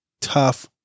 tough